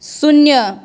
शून्य